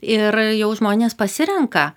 ir jau žmonės pasirenka